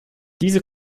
diese